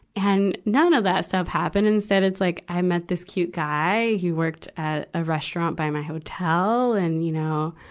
and none of that stuff happened. instead, it's like i met this cute guy. he worked at a restaurant by my hotel. and, you know,